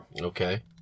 Okay